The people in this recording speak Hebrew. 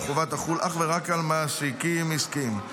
והחובה תחול אך ורק על מעסיקים עסקיים.